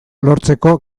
lortzeko